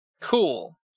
Cool